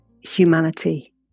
humanity